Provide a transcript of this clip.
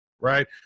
right